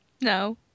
No